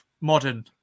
modern